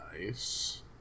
nice